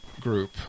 group